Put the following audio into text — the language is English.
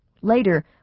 Later